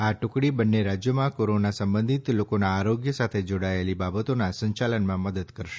આ ટુકડી બંને રાજયોમાં કોરોના સંબંધિત લોકોના આરોગ્ય સાથે જોડાયેલી બાબતોના સંચાલનમાં મદદ કરશે